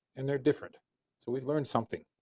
and they're different so we learned something.